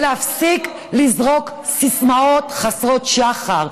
ולהפסיק לזרוק סיסמאות חסרות שחר,